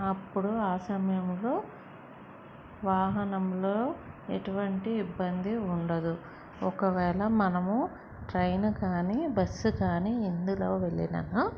అప్పుడు ఆ సమయంలో వాహనంలో ఎటువంటి ఇబ్బంది ఉండదు ఒకవేళ మనము ట్రైన్ కానీ బస్సు కానీ ఎందులో వెళ్ళినను